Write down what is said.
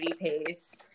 pace